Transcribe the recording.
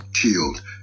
killed